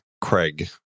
Craig